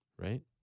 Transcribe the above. right